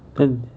then